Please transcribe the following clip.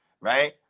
right